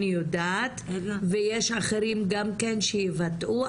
אני יודעת ויש אחרים גם כן שיבטאו,